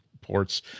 ports